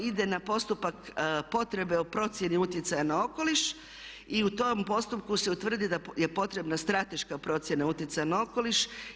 Ide na postupak potrebe o procjeni utjecaja na okoliš i u tom postupku se utvrdi da je potrebna strateška procjena utjecaja na okoliš.